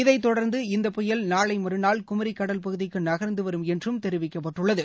இதைத் தொடர்ந்து இந்த புயல் நாளை மறுநாள் குமரி கடல் பகுதிக்கு நகர்ந்து வரும் என்று தெரிவிக்கப்பட்டுள்ளது